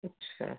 अच्छा